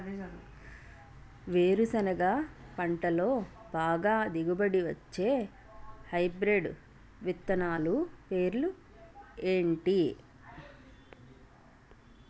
వేరుసెనగ పంటలో బాగా దిగుబడి వచ్చే హైబ్రిడ్ విత్తనాలు పేర్లు ఏంటి?